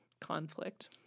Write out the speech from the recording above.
conflict